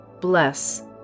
Bless